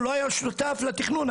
לא היה שותף לתכנון,